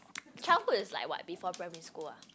childhood is like what before primary school ah